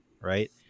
right